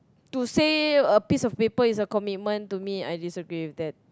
to say a piece a paper is a commitment to me I disagree with that